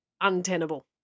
untenable